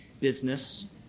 business